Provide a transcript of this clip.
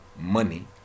money